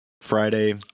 Friday